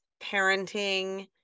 parenting